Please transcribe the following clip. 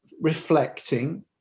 reflecting